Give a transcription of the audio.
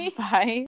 bye